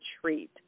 treat